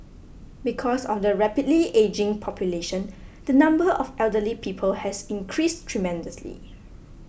because of the rapidly ageing population the number of elderly people has increased tremendously